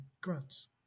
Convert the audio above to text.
grunts